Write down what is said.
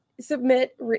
submit